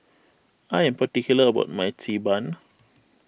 I am particular about my Xi Ban